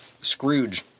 Scrooge